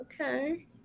Okay